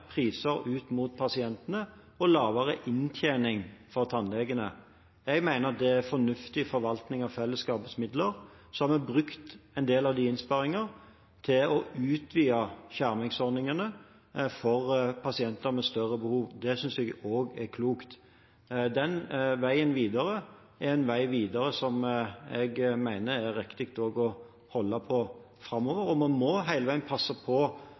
priser ut mot pasientene og lavere inntjening for tannlegene. Jeg mener det er fornuftig forvaltning av fellesskapets midler. Så har vi brukt en del av de innsparingene til å utvide skjermingsordningene for pasienter med større behov. Det synes jeg også er klokt. Det er en vei videre som jeg mener er riktig også å holde på framover. Og man må hele tiden passe på